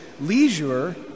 leisure